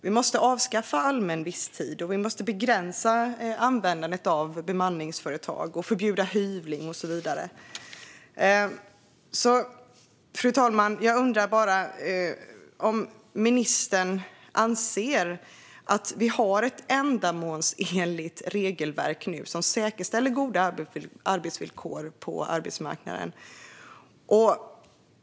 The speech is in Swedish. Vi måste avskaffa allmän visstid, begränsa användandet av bemanningsföretag, förbjuda hyvling och så vidare. Fru talman! Jag undrar bara om ministern anser att vi har ett ändamålsenligt regelverk som säkerställer goda arbetsvillkor på arbetsmarknaden.